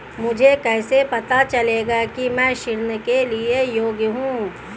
मुझे कैसे पता चलेगा कि मैं ऋण के लिए योग्य हूँ?